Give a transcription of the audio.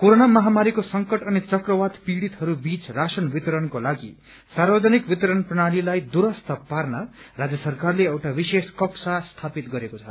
corona महामारीको संकट अनि चक्रवात पीड़ितहरू बीच राशन वितरणको लागि सार्वजनिक वितरण प्रणालीलाई दूरस्त पार्न राज्य सरकारले एउटा विशेष कक्षा स्थापित गरेको छ